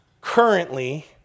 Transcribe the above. currently